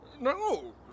No